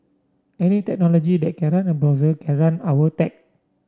any technology that can run a browser can run our tech